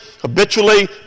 habitually